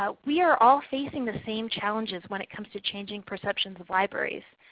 ah we are all facing the same challenges when it comes to changing perceptions of libraries,